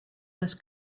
les